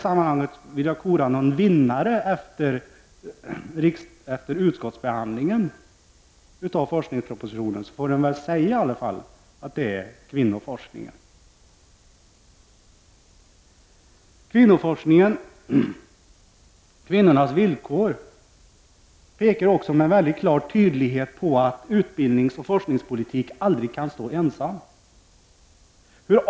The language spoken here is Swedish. Om jag efter utskottsbehandlingen av forskningsproposi tionen skulle kora någon vinnare, får jag säga att det i så fall är kvinnoforskningen. Kvinnornas villkor visar också tydligt att utbildningsoch forskningspolitik aldrig står isolerad.